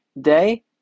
day